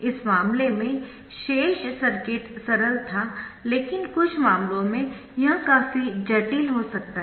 इस मामले में शेष सर्किट सरल था लेकिन कुछ मामलों में यह काफी जटिल हो सकता है